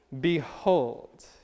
Behold